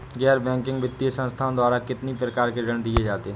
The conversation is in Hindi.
गैर बैंकिंग वित्तीय संस्थाओं द्वारा कितनी प्रकार के ऋण दिए जाते हैं?